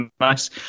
nice